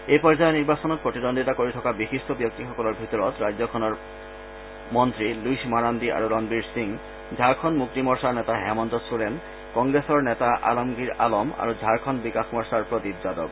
এই পৰ্যায়ৰ নিৰ্বাচনত প্ৰতিদ্বন্দ্বিতা কৰি থকা বিশিষ্ট ব্যক্তিসকলৰ ভিতৰত ৰাজ্যখনৰ মন্ত্ৰী লুইচ মাৰাণ্ডী আৰু ৰণবীৰ সিং ঝাৰখণ্ড মুক্তি মৰ্চাৰ নেতা হেমন্ত চোৰেন কংগ্ৰেছৰ নেতা আলমগিৰ আলম আৰু ঝাৰখণ্ড বিকাশ মৰ্চাৰ প্ৰদীপ যাদৱ